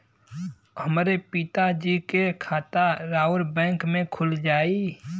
हमरे पिता जी के खाता राउर बैंक में खुल जाई?